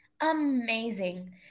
Amazing